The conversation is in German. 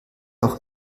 auch